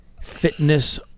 fitness